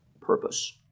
purpose